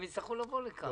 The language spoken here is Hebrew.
הם יצטרכו לבוא לכאן.